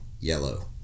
yellow